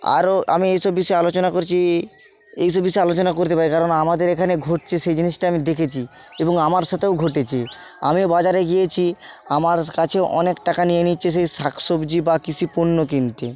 আরো আমি এই সব বিষয়ে আলোচনা করছি এই সব বিষয়ে আলোচনা করতে পারি কারণ আমাদের এখানে ঘটছে সেই জিনিসটা আমি দেখেছি এবং আমার সাথেও ঘটেছে আমিও বাজারে গিয়েছি আমার কাছে অনেক টাকা নিয়ে নিচ্ছে সেই শাকসবজি বা কৃষিপণ্য কিনতে